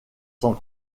sans